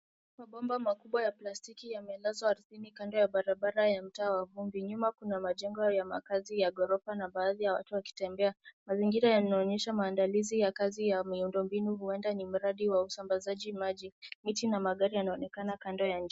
Mabomba makubwa ya plastiki yamelazwa ardhini kando ya barabara ya mtaa wa vumbi. Nyuma kuna majengo ya makazi ya ghorofa na baadhi ya watu wakitembea. Mazingira yanaonyesha maandalizi ya kazi ya miundo mbinu, huenda ni mradi wa usambazaji maji. Miti na magari yanaonekana kando ya njia.